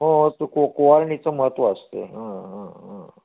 हो हो कुवारणीचं महत्त्व असते हं हं हं